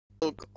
look